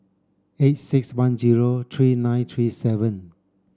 eight six one zero three nine three seven